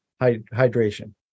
hydration